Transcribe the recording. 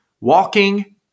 Walking